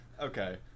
Okay